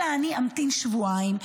אלא אני אמתין שבועיים,